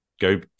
go